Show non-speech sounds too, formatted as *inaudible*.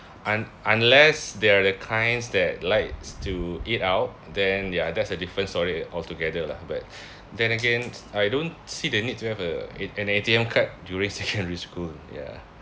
un~ unless they are the kinds that likes to eat out then ya that's a different story altogether lah but *breath* then again I don't see the need to have a an A_T_M card during secondary *laughs* school ya